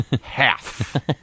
half